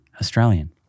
Australian